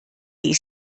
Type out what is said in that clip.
ich